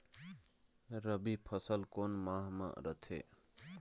रबी फसल कोन माह म रथे?